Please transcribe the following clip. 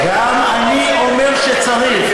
גם אני אומר שצריך.